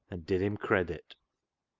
and did him credit.